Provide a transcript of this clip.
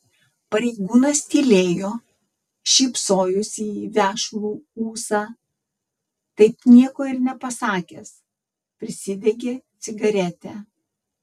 pareigūnas tylėjo šypsojosi į vešlų ūsą taip nieko ir nepasakęs prisidegė cigaretę